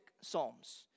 psalms